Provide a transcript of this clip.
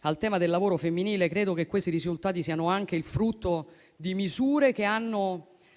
al tema del lavoro femminile, credo che questi risultati siano anche il frutto di misure che hanno